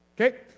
Okay